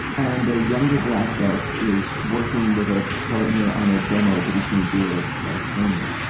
and a younger black belt is working with a partner on a demo that he's gonna do at a, at a tournament.